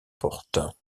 porte